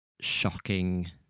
shocking